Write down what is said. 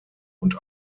und